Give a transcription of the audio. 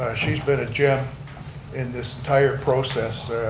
ah she's been a gem in this entire process.